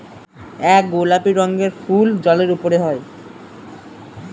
এক গোলাপি রঙের ফুল জলের উপরে হয়